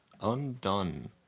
Undone